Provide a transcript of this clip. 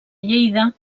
lleida